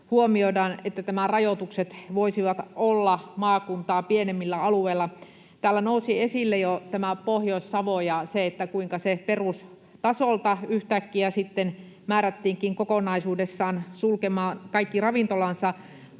huomioidaan, että nämä rajoitukset voisivat olla maakuntaa pienemmillä alueilla. Täällä nousi esille jo Pohjois-Savo ja se, että kuinka se perustasolta yhtäkkiä sitten määrättiinkin kokonaisuudessaan sulkemaan kaikki ravintolansa,